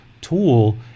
tool